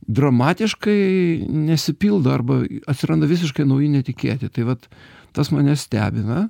dramatiškai nesipildo arba atsiranda visiškai nauji netikėti tai vat tas mane stebina